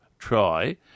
try